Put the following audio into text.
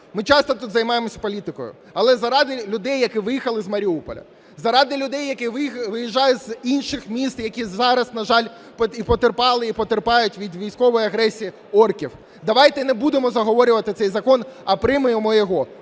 ми часто тут займаємося політикою, але заради людей, які виїхали з Маріуполя, заради людей, які виїжджають з інших міст, які зараз, на жаль, і потерпали і потерпають від військової агресії орків, давайте не будемо заговорювати цей закон, а приймемо його.